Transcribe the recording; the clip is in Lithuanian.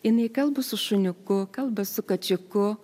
jinai kalba su šuniuku kalba su kačiuku